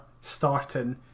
starting